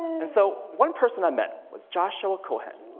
and so one person i met was joshua cohen.